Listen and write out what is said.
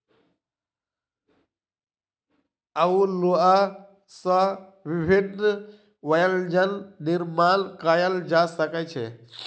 अउलुआ सॅ विभिन्न व्यंजन निर्माण कयल जा सकै छै